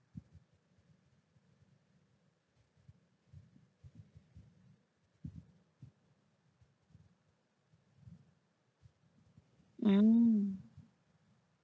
mm